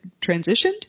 transitioned